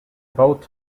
both